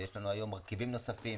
ויש לנו היום מרכיבים נוספים